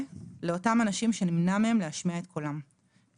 לאותם אנשים שנמנע מהם להשמיע את קולם,